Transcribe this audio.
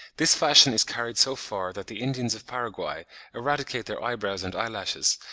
this fashion is carried so far that the indians of paraguay eradicate their eyebrows and eyelashes,